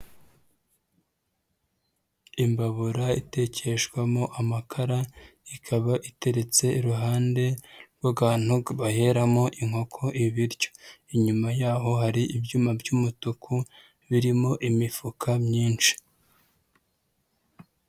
Imbabura itekeshwamo amakara ikaba iteretse iruhande rw'akantu baheramo inkoko ibiryo, inyuma y'aho hari ibyuma by'umutuku birimo imifuka myinshi.